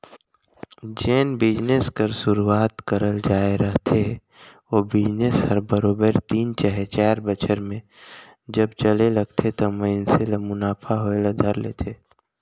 जेन बिजनेस कर सुरूवात करल जाए रहथे ओ बिजनेस हर बरोबेर तीन चहे चाएर बछर में जब चले लगथे त मइनसे ल मुनाफा होए ल धर लेथे